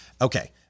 Okay